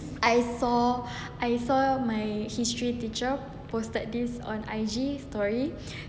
I saw I saw my history teacher posted this on I_G story